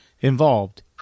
involved